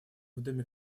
доме